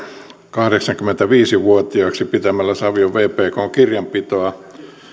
kahdeksankymmentäviisi vuotiaaksi pitämällä savion vpkn kirjanpitoa